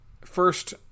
first